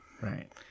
Right